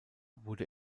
wurde